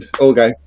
Okay